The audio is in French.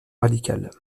radical